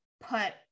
put